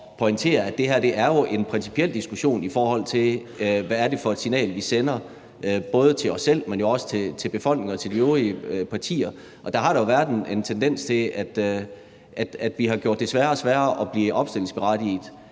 at det her jo er en principiel diskussion, i forhold til hvad det er for et signal vi sender, både til os selv, men jo også til befolkningen og de øvrige partier. Og der har jo været en tendens til, at vi har gjort det sværere og sværere at blive opstillingsberettiget,